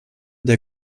der